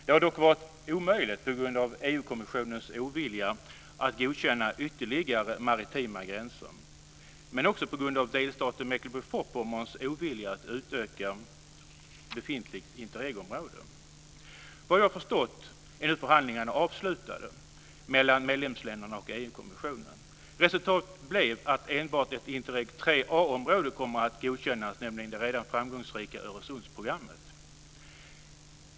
Det har dock varit omöjligt på grund av EU-kommissionens ovilja att godkänna ytterligare maritima gränser, men också på grund av delstatens Mecklenburg-Vorpommerns ovilja att utöka befintligt Interregområde. Såvitt jag har förstått är nu förhandlingarna avslutade mellan medlemsländerna och EU kommissionen. Resultatet blev att enbart ett Interreg III a-område kommer att godkännas, nämligen det redan framgångsrika Öresundsprogrammet.